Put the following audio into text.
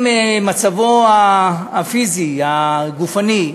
אם מצבו הפיזי, הגופני,